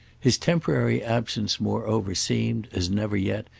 his temporary absence moreover seemed, as never yet,